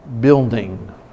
building